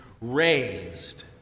raised